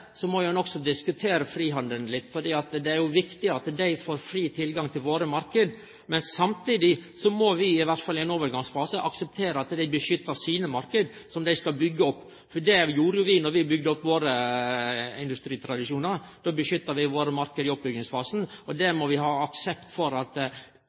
Så vekst er positivt. Men det er også eit poeng der: For dei landa som er i ein oppbyggingsfase, må ein også diskutere frihandelen litt, for det er viktig at dei får fri tilgang til våre marknader. Men samtidig må vi, i alle fall i ein overgangsfase, akseptere at dei beskyttar sine marknader som dei skal byggje opp. Det gjorde jo vi då vi bygde opp våre industritradisjonar. Då beskytta vi våre marknader i oppbyggingsfasen, og